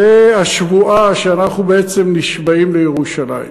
זו השבועה שאנחנו, בעצם, נשבעים לירושלים.